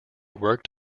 worked